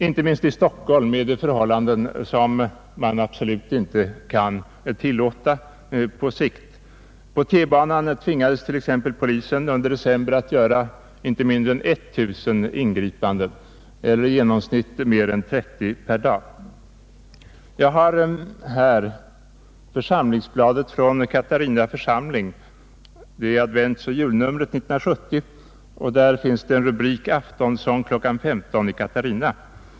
Inte minst i Stockholm råder förhållanden som man absolut inte kan tillåta på sikt. På T-banan tvingades polisen under december att göra inte mindre än tusen ingripanden eller i genomsnitt mer än 30 per dag. Jag har här adventsoch julnumret år 1970 av Katarina Församlingsblad. I denna finns rubriken ”Aftonsång kl. 15 i Katarina”.